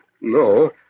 No